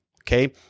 okay